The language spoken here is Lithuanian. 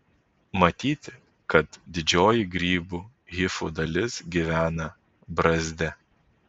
matyti kad didžioji grybų hifų dalis gyvena brazde